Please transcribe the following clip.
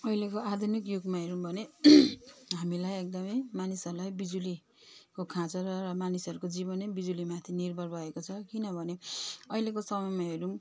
अहिलेको आधुनिक युगमा हेरौँ भने हामीलाई एकदम मानिसहरूलाई बिजुलीको खाँचो र र मानिसहरूको जीवनै बिजुलीमाथि निर्भर भएको छ किनभने अहिलेको समयमा हेरौँ